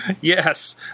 yes